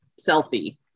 selfie